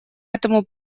этому